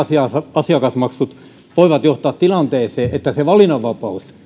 asiakasmaksut voivat johtaa siihen tilanteeseen että se valinnanvapaus